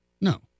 No